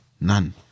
None